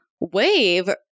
wave